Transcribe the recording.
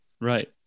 Right